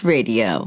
Radio